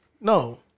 no